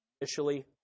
initially